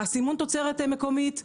הסימון תוצרת מקומית,